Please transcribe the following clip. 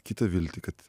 kitą viltį kad